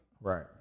Right